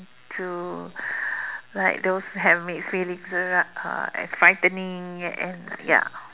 to like those have mixed feeling or like uh and frightening and ya